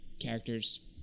characters